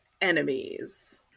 enemies